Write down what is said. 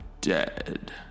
dead